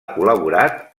col·laborat